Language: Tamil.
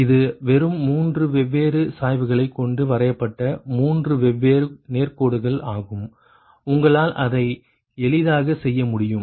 இது வெறும் மூன்று வெவ்வேறு சாய்வுகளைக் கொண்டு வரையப்பட்ட மூன்று வெவ்வேறு நேர்கோடுகள் ஆகும் உங்களால் அதை எளிதாக செய்ய முடியும்